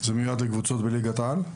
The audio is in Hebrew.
זה מיועד לקבוצות בליגת העל?